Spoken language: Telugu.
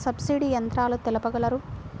సబ్సిడీ యంత్రాలు తెలుపగలరు?